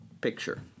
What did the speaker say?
picture